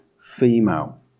female